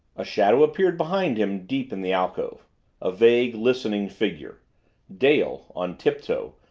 a shadow appeared behind him deep in the alcove a vague, listening figure dale on tiptoe,